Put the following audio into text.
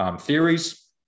theories